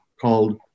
called